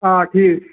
آ ٹھیٖک چھُ